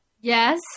Yes